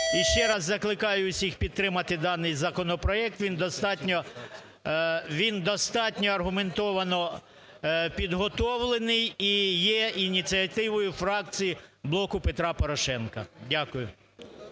І ще раз закликаю всіх підтримати даний законопроект, він достатньо, він достатньо аргументовано підготовлений і є ініціативою фракції "Блоку Петра Порошенка". Дякую.